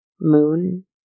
moon